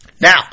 Now